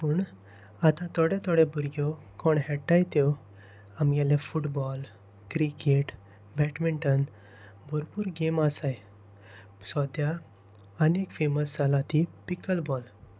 पूण आतां थोडे थोडे भुरगे कोण खेळटात त्यो आमगेले फुटबॉल क्रिकेट बॅटमिंटन भरपूर गेम आसात सद्यां आनीक फेमस जाला ती पिकल बॉल